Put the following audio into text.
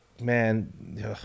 man